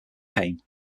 cane